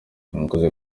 mwakoze